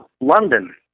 London